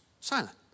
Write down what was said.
Silent